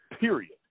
period